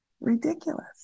ridiculous